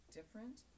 different